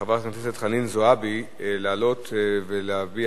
לחברת הכנסת חנין זועבי לעלות ולהביע